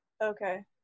Okay